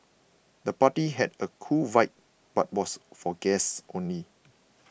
the party had a cool vibe but was for guests only